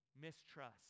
mistrust